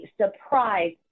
surprise